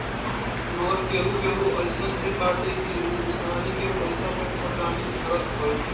मगर केहू केहू अइसन भी बाटे की उ उधारी के पईसा पे फोटानी झारत हवे